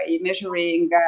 measuring